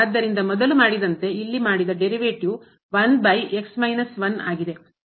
ಆದ್ದರಿಂದ ಮೊದಲು ಮಾಡಿದಂತೆ ಇಲ್ಲಿ ಮಾಡಿದ derivative ಉತ್ಪನ್ನ ಆಗಿದೆ